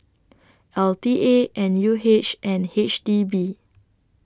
L T A N U H and H D B